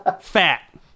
fat